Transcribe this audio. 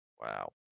Wow